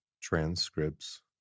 transcripts